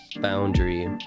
boundary